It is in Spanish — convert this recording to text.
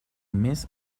mes